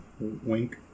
Wink